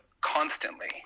constantly